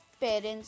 parents